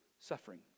suffering